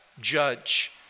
judge